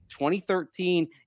2013